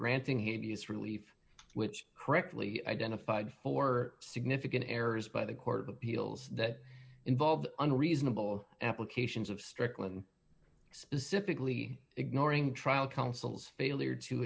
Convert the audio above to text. granting him to use relief which correctly identified four significant errors by the court of appeals that involved unreasonable applications of strickland specifically ignoring trial counsel's failure to